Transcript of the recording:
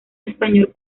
español